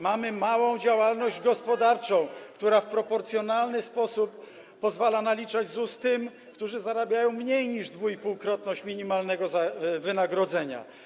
Mamy małą działalność gospodarczą, która w proporcjonalny sposób pozwala naliczać ZUS tym, którzy zarabiają mniej niż dwuipółkrotność minimalnego wynagrodzenia.